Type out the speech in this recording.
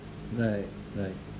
right right